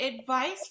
Advice